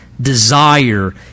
desire